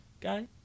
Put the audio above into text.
guy